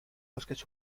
bosques